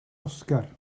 oscar